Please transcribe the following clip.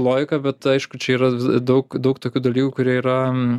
logika bet aišku čia yra daug daug tokių dalykų kurie yra